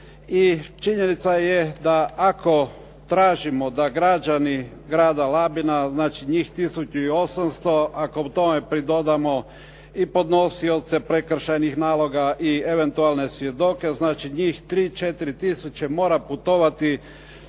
činjenica je da ako tražimo da građani grada Labina, znači njih tisuću 800, ako tome pridodamo i podnosioce prekršajnih naloga i eventualne svjedoke, znači njih 3, 4 tisuće mora putovati